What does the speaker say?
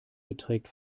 beträgt